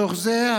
מתוך זה,